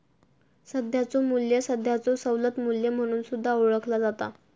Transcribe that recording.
सध्याचो मू्ल्य सध्याचो सवलत मू्ल्य म्हणून सुद्धा ओळखला जाता